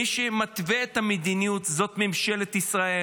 מי שמתווה את המדיניות זו ממשלת ישראל,